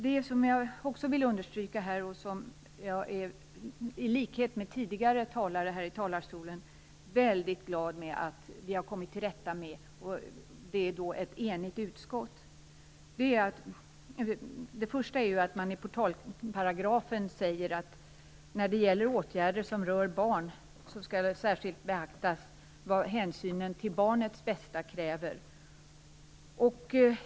Det andra jag vill understryka är att jag, i likhet med tidigare talare här i talarstolen, är väldigt glad över att ett enigt utskott har ställt sig bakom att det i portalparagrafen nu sägs att det vid åtgärder som rör barn särskilt skall beaktas vad hänsynen till barnets bästa kräver.